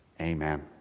Amen